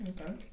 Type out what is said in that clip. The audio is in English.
Okay